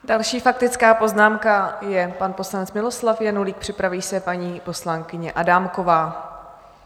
Další faktická poznámka je pan poslanec Miloslav Janulík, připraví se paní poslankyně Adámková.